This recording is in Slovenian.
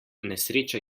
nesreča